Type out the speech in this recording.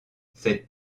cette